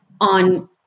on